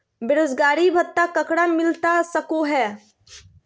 बेरोजगारी भत्ता ककरा मिलता सको है?